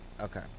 okay